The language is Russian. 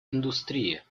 индустрии